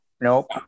Nope